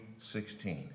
16